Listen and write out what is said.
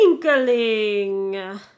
twinkling